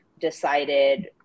decided –